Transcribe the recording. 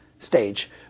stage